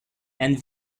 and